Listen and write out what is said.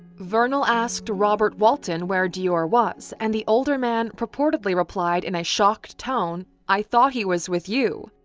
vernal asked robert walton where deorr was and the older man purportedly replied in a shocked tone i thought he was with you!